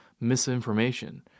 misinformation